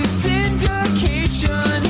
syndication